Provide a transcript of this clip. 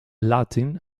latin